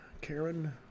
Karen